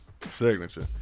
Signature